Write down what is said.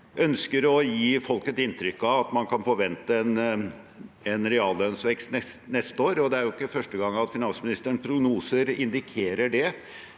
ønsker å gi folk et inntrykk av at man kan forvente en reallønnsvekst neste år, og det er jo ikke første gang finansministerens prognoser indikerer det.